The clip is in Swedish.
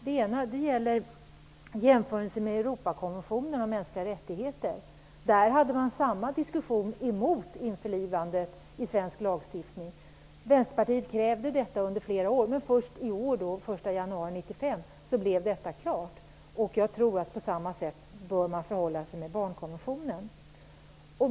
Den första gäller en jämförelse med Europakonventionen om mänskliga rättigheter. Där förde man samma diskussion mot ett införlivande i svensk lagstiftning, vilket Vänsterpartiet krävde under flera år. Först den 1 januari 1995 blev detta klart. Jag tror att man bör förhålla sig på samma sätt med barnkonventionen.